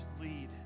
lead